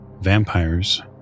vampires